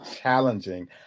challenging